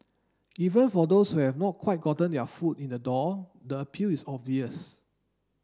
even for those who have not quite gotten their foot in the door the appeal is obvious